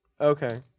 Okay